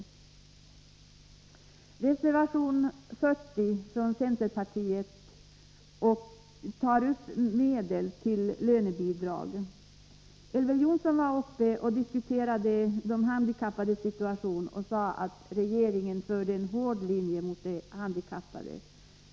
I reservation 40 av centerpartiet och folkpartiet tar man upp frågan om tilldelning av medel för lönebidrag. Elver Jonsson talade om de handikappades situation och sade att regeringen förde en hård linje mot de handikappade.